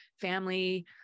family